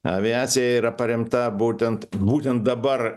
aviacija yra paremta būtent būtent dabar